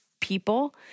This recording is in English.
people